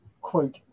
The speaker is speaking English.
quote